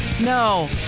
No